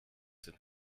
den